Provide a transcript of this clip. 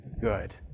good